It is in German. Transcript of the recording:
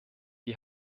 die